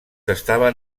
estaven